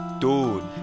Dude